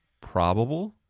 probable